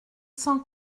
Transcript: cent